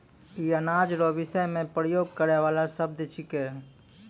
ई अनाज रो विषय मे प्रयोग करै वाला शब्द छिकै